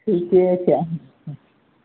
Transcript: ठीके छै